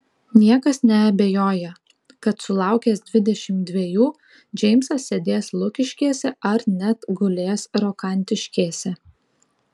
niekas neabejoja kad sulaukęs dvidešimt dvejų džeimsas sėdės lukiškėse ar net gulės rokantiškėse